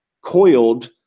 coiled